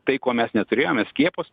tai ko mes neturėjome skiepus